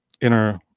inner